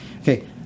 Okay